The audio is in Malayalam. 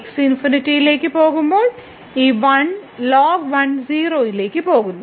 x ∞ എന്നതിലേക്ക് പോകുമ്പോൾ ഈ 1 ln1 0 ലേക്ക് പോകുന്നു